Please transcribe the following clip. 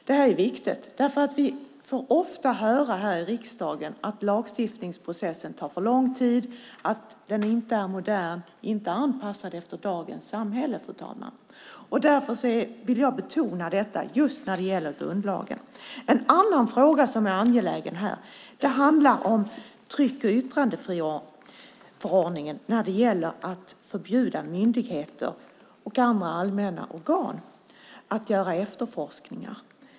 Det här är viktigt, för vi får ofta höra här i riksdagen att lagstiftningsprocessen tar för lång tid, att den inte är modern och inte anpassad efter dagens samhälle, fru talman. Därför vill jag betona detta just när det gäller grundlagen. En annan fråga som är angelägen här handlar om tryck och yttrandefrihetsförordningen när det gäller att förbjuda myndigheter och andra allmänna organ att göra efterforskningar.